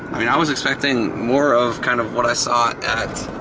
i mean i was expecting more of kind of what i saw at